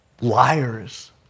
liars